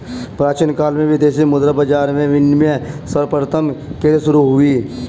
प्राचीन काल में विदेशी मुद्रा बाजार में विनिमय सर्वप्रथम कैसे शुरू हुआ?